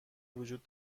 وجود